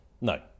No